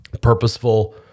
purposeful